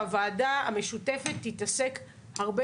הוועדה המשותפת תתעסק הרבה,